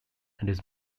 his